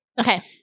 Okay